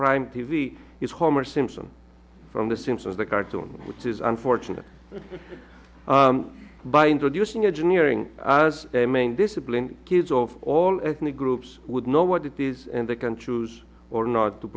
prime t v is homer simpson from the simpsons the cartoon which is unfortunate by introducing a junior ng as a main discipline kids of all ethnic groups would know what it is and they can choose or not to